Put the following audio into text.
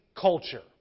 culture